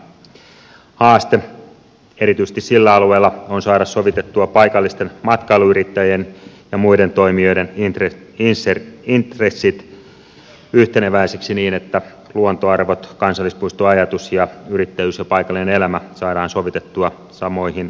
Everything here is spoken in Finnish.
haaste erityisesti sillä alueella on saada sovitettua paikallisten matkailuyrittäjien ja muiden toimijoiden intressit yhteneväisiksi niin että luontoarvot kansallispuistoajatus sekä yrittäjyys ja paikallinen elämä saadaan sovitettua samoihin raameihin